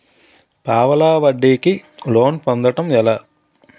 పావలా వడ్డీ కి లోన్ పొందటం ఎలా?